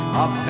up